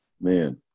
Man